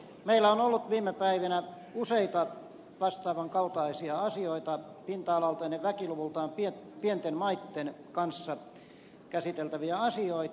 meillä on ollut viime päivinä useita vastaavan kaltaisia asioita pinta alaltaan ja väkiluvultaan pienten maitten kanssa käsiteltäviä asioita